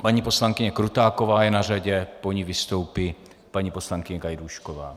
Paní poslankyně Krutáková je na řadě, po ní vystoupí paní poslankyně Gajdůšková.